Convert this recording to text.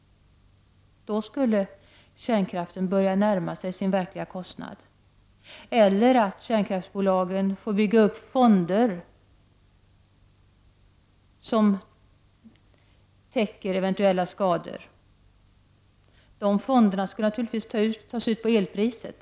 Då skulle kärnkraften börja närma sig sin verkliga kostnad. Tänk om kärnkraftbolagen skulle få bygga upp fonder som skulle täcka eventuella skador. Pengarna i dessa fonder skulle naturligtvis tas ut via elpriset.